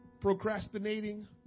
procrastinating